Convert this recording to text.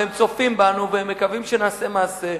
והם צופים בנו והם מקווים שנעשה מעשה.